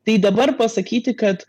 tai dabar pasakyti kad